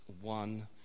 one